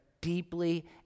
deeply